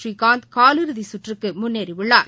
புநீகாந்த் கால் இறுதிசுற்றுக்குமுன்னேறியுள்ளார்